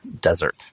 desert